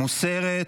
מוסרת.